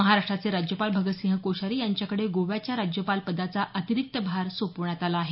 महाराष्ट्राचे राज्यपाल भगतसिंह कोश्यारी यांच्याकडे गोव्याच्या राज्यपाल पदाचा अतिरिक्त भार सोपवण्यात आला आहे